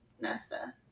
Nesta